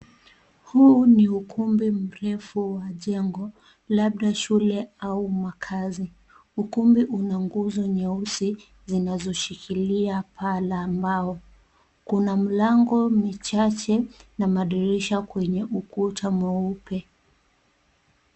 Huu ni ukumbe mrefu wa jengo labda shule au makaazi, ukumbe unaguzo nyeusi zinazoshikilia paa la mbao kuna milango michache na madirisha kwenye ukuta mweupe .